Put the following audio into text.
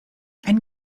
ein